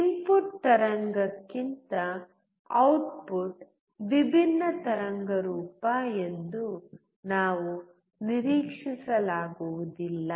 input ತರಂಗಕ್ಕಿಂತ output ವಿಭಿನ್ನ ತರಂಗರೂಪ ಎಂದು ನಾವು ನಿರೀಕ್ಷಿಸಲಾಗುವುದಿಲ್ಲ